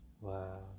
Wow